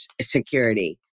security